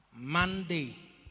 monday